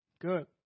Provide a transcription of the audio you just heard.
Good